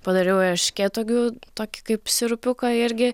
padariau erškėtuogių tokį kaip sirupiuką irgi